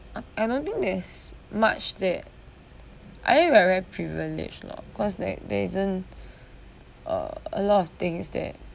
I don't think there's much that I think we are very privileged loh cause like there isn't uh a lot of things that